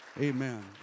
amen